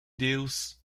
deals